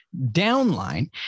downline